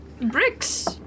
Bricks